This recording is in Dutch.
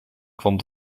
kwam